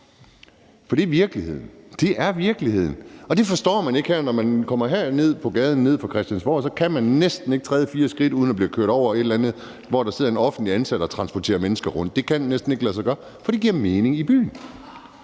kørte om mandagen. For det er virkeligheden, og det forstår man ikke her. Når man kommer herned på gaden uden for Christiansborg, kan man næsten ikke træde fire skridt uden at blive kørt over af et eller andet transportmiddel, hvor der sidder en offentligt ansat og transporterer mennesker rundt. For det giver mening i byen.